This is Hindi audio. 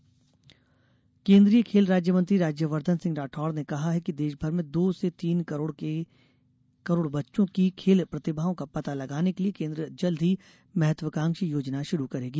युवा खेल केन्द्रीय खेल राज्य मंत्री राज्यवर्धन राठोर ने कहा है कि देशभर में दो से तीन करोड़ बच्चों की खेल प्रतिभाओं का पता लगाने के लिये केन्द्र जल्द ही महत्वाकांक्षी योजना शुरू करेगी